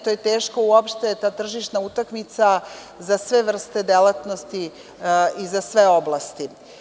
To je teško uopšte, ta tržišna utakmica za sve vrste delatnosti i za sve oblasti.